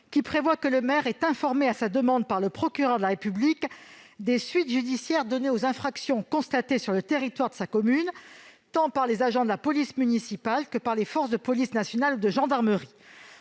prévoit que le maire est informé, à sa demande, par le procureur de la République des suites judiciaires données aux infractions constatées sur le territoire de sa commune, tant par les agents de la police municipale que par les forces de police nationale et de gendarmerie.